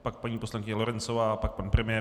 Pak paní poslankyně Lorencová, pak pan premiér.